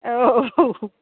औ